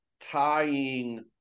tying